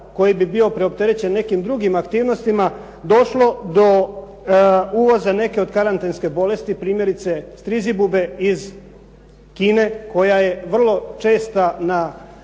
koji bi bio preopterećen nekim drugim aktivnostima došlo do uvoza neke od karantenske bolesti, primjerice strizibube iz Kine koja je vrlo česta na